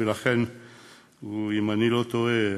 אם אני לא טועה,